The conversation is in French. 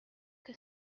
que